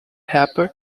rapper